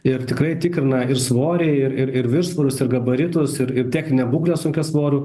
ir tikrai tikrina ir svorį ir ir ir viršsvorius ir gabaritus ir techninę būklę sunkiasvorių